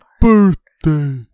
birthday